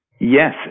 Yes